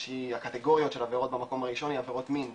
שהיא קטגוריה של עבירות במקום הראשון היא עבירות מין,